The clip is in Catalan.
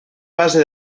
base